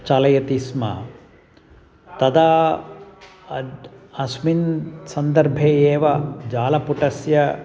चालयति स्म तदा अद्य अस्मिन् सन्दर्भे एव जालपुटस्य